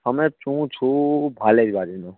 અમે હું છું ભાલેજ બાજુનો